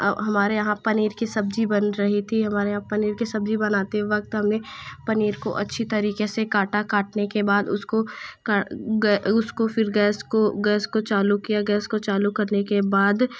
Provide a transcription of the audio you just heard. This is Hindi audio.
हमारे यहाँ पनीर की सब्ज़ी बन रही थी हमारे यहाँ पनीर की सब्ज़ी बनाते वक्त हमें पनीर के अच्छी तरीके से काटा काटने के बाद उसको उसको फिर गैस को गैस को चालू किया गैस को चालू करने के बाद